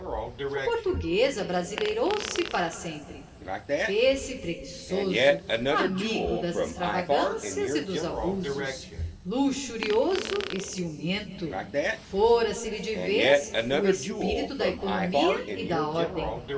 português abrasileirou se para sempre fez-se preguiçoso amigo das extravagâncias e dos abusos luxurioso e ciumento fora se lhe de vez o espírito da economia e da ordem